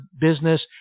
business